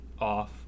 off